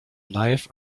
life